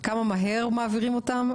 כמה מהר מעבירים אותם,